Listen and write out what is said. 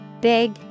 Big